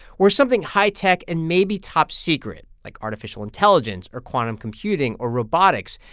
where something high-tech and maybe top-secret, like artificial intelligence or quantum computing or robotics,